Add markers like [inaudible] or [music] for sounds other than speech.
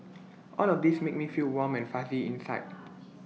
all of these make me feel warm and fuzzy inside [noise]